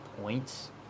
points